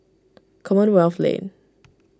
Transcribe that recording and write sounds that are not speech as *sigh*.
*noise* Commonwealth Lane